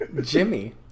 Jimmy